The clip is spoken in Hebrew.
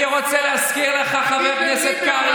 אתה מדבר על שיח?